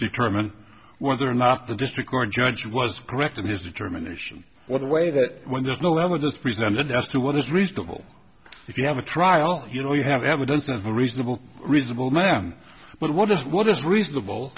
determine whether or not the district court judge was correct in his determination whether way that when there's no evidence presented as to what is reasonable if you have a trial you know you have evidence of a reasonable reasonable ma'am but what is what is reasonable